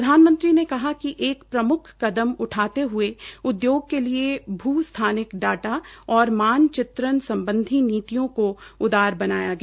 प्रधानमंत्री ने कहा कि एक प्रमुख कदम उठाते हये उदयोग के लिए भू स्थानिक डाटा और मानचित्रण सम्बधी नीतियों को उदार बनाया गया